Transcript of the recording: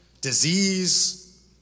disease